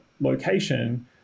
location